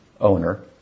owner